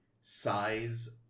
size